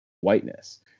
whiteness